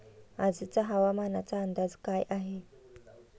आजचा हवामानाचा अंदाज काय आहे?